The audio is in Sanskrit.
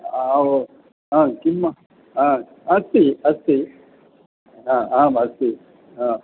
ओ किम् अस्ति अस्ति आम् अस्ति